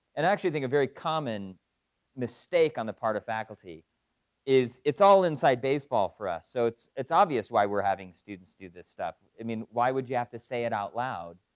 and actually i think a very common mistake on the part of faculty is it's all inside baseball for us. so it's it's obvious why we're having students do this stuff, i mean why would you have to say it out loud.